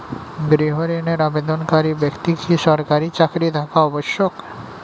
গৃহ ঋণের জন্য আবেদনকারী ব্যক্তি কি সরকারি চাকরি থাকা আবশ্যক?